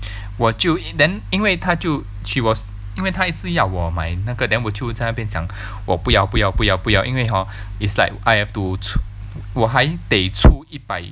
我就 then 因为他就 she was 因为他一直要我买那个 then 我就在那边讲我不要不要不要不要因为 hor it's like I have to 我还得出一百